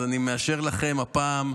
אז אני מאשר לכם הפעם,